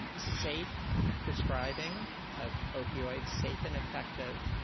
and safe prescribing of opioids, safe and effective,